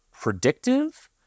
predictive